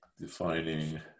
Defining